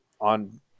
on